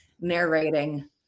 narrating